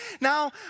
Now